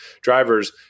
drivers